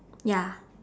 ya